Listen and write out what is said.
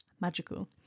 Magical